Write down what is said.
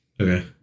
Okay